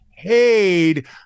paid